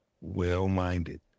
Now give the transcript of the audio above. well-minded